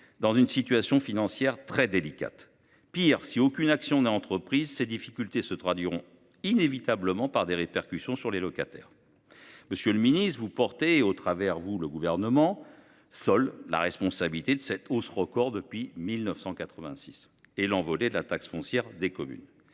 dans une situation financière très délicate. Pis, si aucune action n’est entreprise, ces difficultés se traduiront inévitablement par des répercussions sur les locataires. Monsieur le ministre, vous et, à travers vous, le Gouvernement portez seuls la responsabilité de cette envolée record de la taxe foncière des communes,